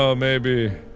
um maybe.